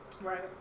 Right